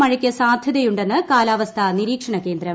മഴയ്ക്ക് സാധ്യതയുണ്ടെന്ന് കാലാവസ്ഥാ നിരീക്ഷണ കേന്ദ്രം